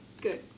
good